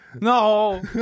No